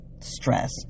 stress